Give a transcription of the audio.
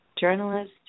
journalist